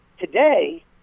Today